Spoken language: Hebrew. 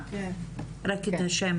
ד"ר שחר